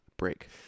break